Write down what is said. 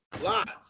Lots